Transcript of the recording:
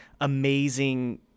amazing